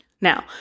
Now